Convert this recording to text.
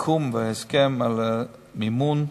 לסיכום ולהסכם על מימון,